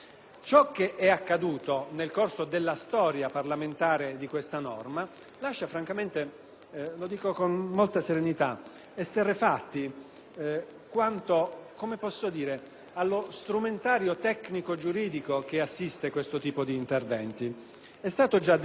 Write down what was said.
lo dico con molta serenità - esterrefatti quanto allo strumentario tecnico-giuridico che assiste questo tipo di interventi. È stato già detto - ma voglio ripeterlo, evidenziando qualche altro piccolo dettaglio